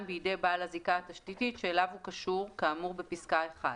בידי בעל הזיקה התשתיתית שאליו הוא קשור כאמור בפסקה (1):